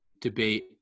debate